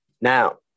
Now